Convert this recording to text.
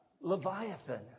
Leviathan